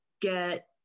get